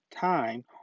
time